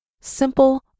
Simple